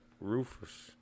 Rufus